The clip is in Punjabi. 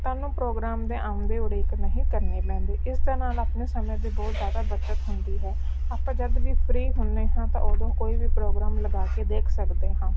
ਤੁਹਾਨੂੰ ਪ੍ਰੋਗਰਾਮ ਦੇ ਆਉਣ ਦੀ ਉਡੀਕ ਨਹੀਂ ਕਰਨੀ ਪੈਂਦੀ ਇਸ ਦੇ ਨਾਲ ਆਪਣੇ ਸਮੇਂ ਦੀ ਬਹੁਤ ਜ਼ਿਆਦਾ ਬੱਚਤ ਹੁੰਦੀ ਹੈ ਆਪਾਂ ਜਦੋਂ ਵੀ ਫ੍ਰੀ ਹੁੰਦੇ ਹਾਂ ਤਾਂ ਉਦੋਂ ਕੋਈ ਵੀ ਪ੍ਰੋਗਰਾਮ ਲਗਾ ਕੇ ਦੇਖ ਸਕਦੇ ਹਾਂ